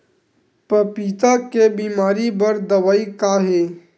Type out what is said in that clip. पपीता के बीमारी बर दवाई का हे?